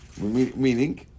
meaning